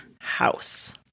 house